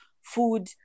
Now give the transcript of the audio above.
food